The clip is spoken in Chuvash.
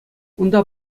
унта